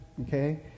Okay